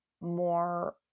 more